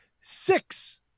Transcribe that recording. six